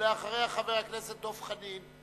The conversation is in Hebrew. ואחריה, חבר הכנסת דב חנין.